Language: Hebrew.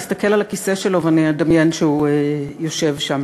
אני אסתכל על הכיסא שלו ואדמיין שהוא יושב שם: